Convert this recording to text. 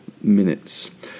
minutes